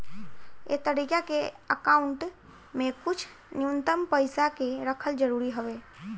ए तरीका के अकाउंट में कुछ न्यूनतम पइसा के रखल जरूरी हवे